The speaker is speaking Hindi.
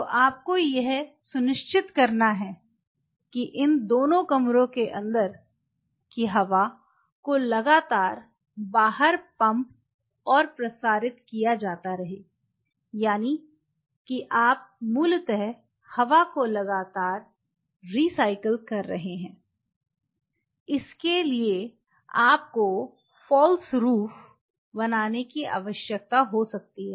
तो आपको यह सुनिश्चित करना है कि इन दोनों कमरों के अंदर की हवा को लगातार बाहर पंप और प्रसारित किया जाता रहे यानि कि आप मूलतः हवा को लगातार रिसाइकिल कर रहे हैंI इसके लिए आप को फाल्स रूफ बनाने की आवश्यकता हो सकती है